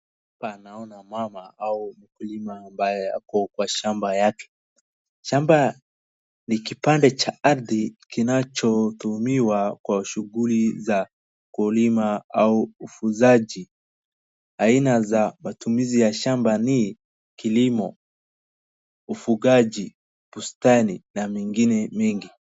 Hapa naona mama au mkulima ambaye ako kwa shamba yake. Shamba ni kipande cha ardhi kinachotumiwa kwa shughuli za kulima au ufugaji. Aina za matumizi ya shamba ni kilimo, ufugaji, bustani na mengine mengi.